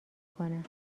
کنم